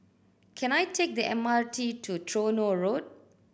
can I take the M R T to Tronoh Road